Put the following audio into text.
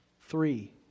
three